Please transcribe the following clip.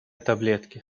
таблетки